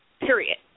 Period